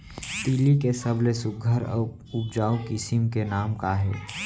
तिलि के सबले सुघ्घर अऊ उपजाऊ किसिम के नाम का हे?